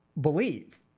believe